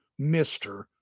Mr